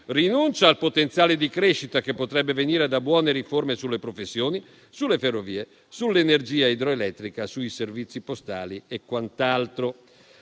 rinuncia al potenziale di crescita che potrebbe venire da buone riforme sulle professioni, sulle ferrovie, sull'energia idroelettrica, sui servizi postali e quant'altro.